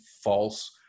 false